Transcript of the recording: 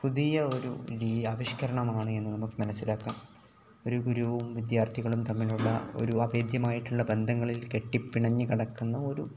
പുതിയ ഒരു ഇടീ ആവിഷ്കരണമാണ് എന്ന് നമുക്ക് മനസ്സിലാക്കാം ഒരു ഗുരുവും വിദ്യാർത്ഥികളും തമ്മിലുള്ള ഒരു അവഭേദ്യമായിട്ടുള്ള ബന്ധങ്ങളിൽ കെട്ടിപ്പിണഞ്ഞ് കിടക്കുന്ന ഒരു